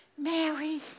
Mary